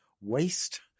waste